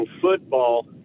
football